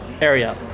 area